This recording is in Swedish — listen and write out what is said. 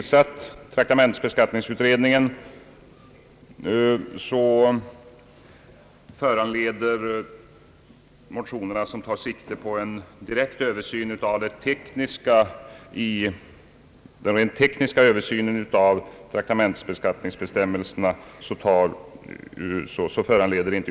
Sedan traktamentsbeskattningsutredningen blivit tillsatt, bör enligt utskottets mening ingen åtgärd föranledas av de motioner som tar sikte på en rent teknisk översyn av traktamentsbeskattningsbestämmelserna.